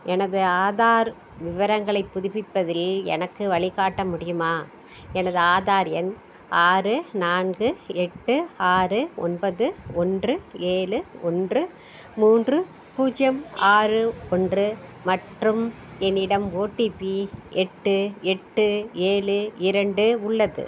எனது ஆதார் விவரங்களைப் புதுப்பிப்பதில் எனக்கு வழிகாட்ட முடியுமா எனது ஆதார் எண் ஆறு நான்கு எட்டு ஆறு ஒன்பது ஒன்று ஏழு ஒன்று மூன்று பூஜ்ஜியம் ஆறு ஒன்று மற்றும் என்னிடம் ஓடிபி எட்டு எட்டு ஏழு இரண்டு உள்ளது